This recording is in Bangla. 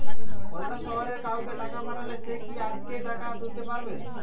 অন্য শহরের কাউকে টাকা পাঠালে সে কি আজকেই টাকা তুলতে পারবে?